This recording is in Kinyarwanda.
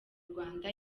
rwanda